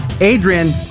Adrian